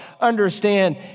Understand